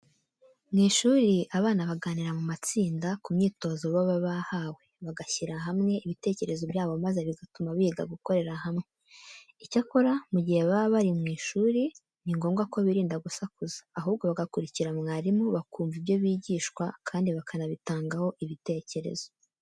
Mu ishuri, abana baganira mu matsinda ku myitozo baba bahawe, bagashyira hamwe ibitekerezo byabo maze bigatuma biga gukorera hamwe. Icyakora, mu gihe baba bari mu ishuri ni ngombwa ko birinda gusakuza, ahubwo bagakurikira mwarimu, bakumva ibyo bigishwa kandi bakanabitangaho ibitekerezo.